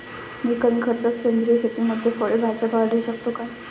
मी कमी खर्चात सेंद्रिय शेतीमध्ये फळे भाज्या वाढवू शकतो का?